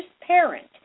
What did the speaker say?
parent